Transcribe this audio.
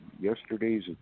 yesterday's